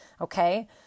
Okay